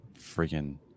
freaking